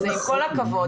עם כל הכבוד,